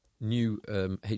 new